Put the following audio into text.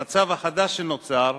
במצב החדש שנוצר,